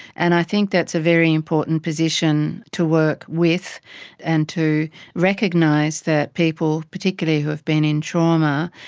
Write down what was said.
and i think that's a very important position to work with and to recognise that people, particularly who have been in trauma,